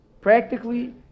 practically